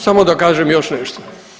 Samo da kažem još nešto.